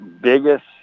biggest